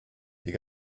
you